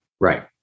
Right